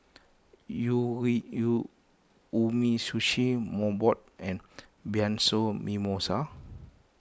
u we u Umisushi Mobot and Bianco Mimosa